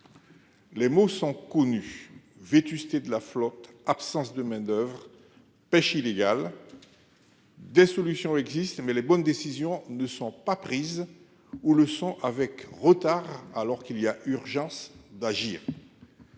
Les mots sont connus vétusté de la flotte, absence de oeuvre pêche illégale. Des solutions existent, mais les bonnes décisions ne sont pas prises ou le son avec retard alors qu'il y a urgence d'agir.